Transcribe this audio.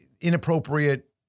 inappropriate